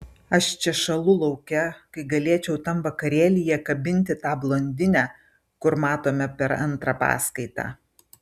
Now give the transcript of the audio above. aš čia šąlu lauke kai galėčiau tam vakarėlyje kabinti tą blondinę kur matome per antrą paskaitą